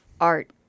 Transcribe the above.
art